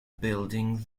building